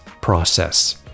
process